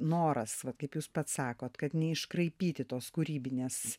noras vat kaip jūs pats sakot kad neiškraipyti tos kūrybinės